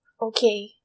okay